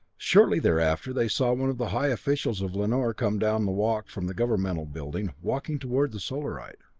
shortly thereafter they saw one of the high officials of lanor come down the walk from the governmental building, walking toward the solarite.